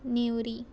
नेवरी